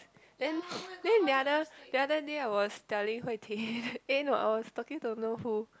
then then the other the other day I was telling Hui-Ting eh no I was talking don't know who